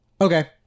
Okay